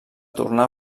tornar